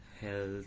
health